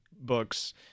books